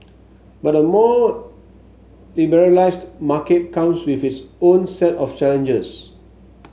but a more liberalised market comes with its own set of challenges